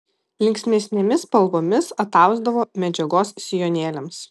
linksmesnėmis spalvomis atausdavo medžiagos sijonėliams